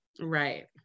right